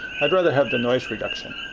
i'd rather have the noise reduction.